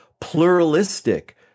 pluralistic